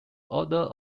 order